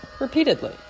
repeatedly